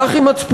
הלך עם מצפונו.